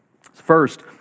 First